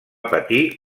patir